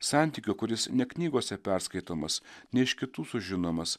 santykio kuris ne knygose perskaitomas ne iš kitų sužinomas